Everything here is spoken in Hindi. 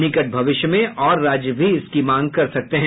निकट भविष्य में और राज्य भी इसकी मांग कर सकते हैं